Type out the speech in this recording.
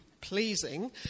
pleasing